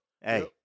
Hey